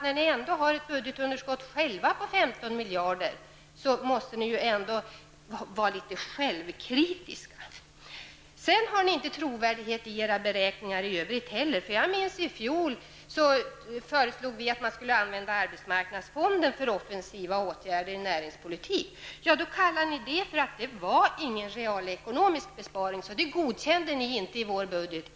När er egen budget uppvisar ett underskott på 15 miljarder, måste ni väl ändå vara litet självkritiska. Inte heller era beräkningar i övrigt är trovärdiga. I fjol föreslog vi att man skulle använda arbetsmarknadsfonden för offensiva åtgärder inom näringspolitiken. Ni sade då att detta inte innebär någon realekonomisk besparing, och ni godkände inte detta förslag i vår budget.